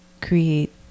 create